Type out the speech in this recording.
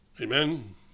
Amen